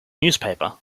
newspaper